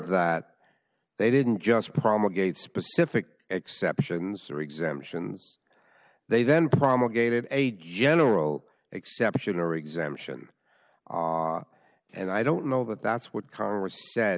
that they didn't just promulgated specific exceptions or exemptions they then promulgated a general exception or exemption and i don't know that that's